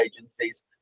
agencies